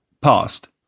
past